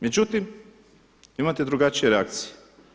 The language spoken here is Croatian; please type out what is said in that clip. Međutim imate drugačije reakcije.